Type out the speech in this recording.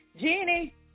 Genie